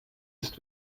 ist